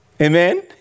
Amen